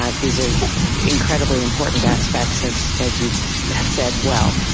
ah these are incredibly important aspects as as you have said. well,